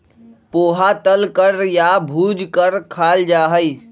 पोहा तल कर या भूज कर खाल जा हई